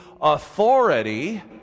authority